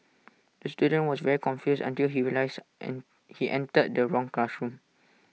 the student was very confused until he realised he entered the wrong classroom